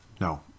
No